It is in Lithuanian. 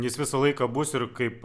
jis visą laiką bus ir kaip